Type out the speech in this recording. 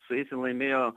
su jais jin laimėjo